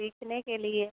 सीखने के लिए